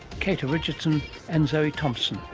keita richardson and zoe thompson.